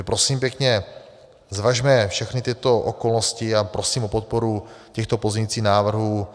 Prosím pěkně, zvažme všechny tyto okolnosti a prosím o podporu těchto pozměňujících návrhů.